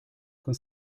con